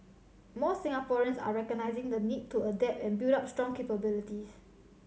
more Singaporeans are recognising the need to adapt and build up strong capabilities